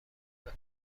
بکار